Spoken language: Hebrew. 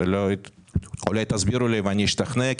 אולי תסבירו לי ואני אשתכנע.